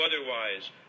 otherwise